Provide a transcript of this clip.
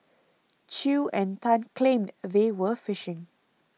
Chew and Tan claimed they were fishing